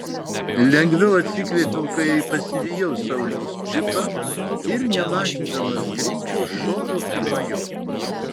lengviau atsikvėpiau kai pasivijau sauliaus džipą ir nemažindamas greičio šoviau pirma jo